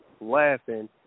laughing